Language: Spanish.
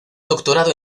doctorado